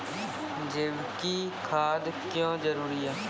जैविक खाद क्यो जरूरी हैं?